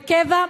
בקבע,